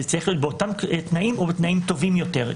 זה צריך להיות באותם תנאים ובתנאים טובים יותר,